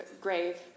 grave